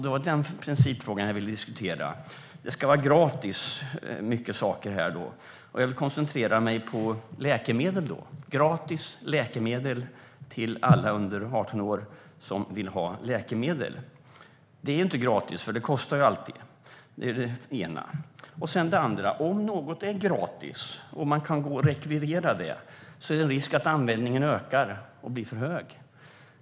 Det är den principfrågan jag vill diskutera. Det är mycket som ska vara gratis. Jag vill koncentrera mig på läkemedel, gratis läkemedel till alla under 18 år. Det är inte gratis. Det kostar alltid. Det är det ena. Det andra är att om något är gratis och man kan rekvirera det finns det risk för att användningen ökar och blir för hög.